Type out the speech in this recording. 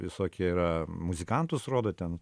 visokie yra muzikantus rodo ten